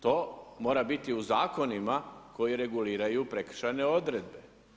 To mora biti u zakonima koji reguliraju prekršajne odredbe.